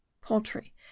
poultry